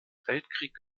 weltkrieg